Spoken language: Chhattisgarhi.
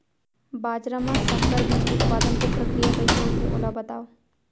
बाजरा मा संकर बीज उत्पादन के प्रक्रिया कइसे होथे ओला बताव?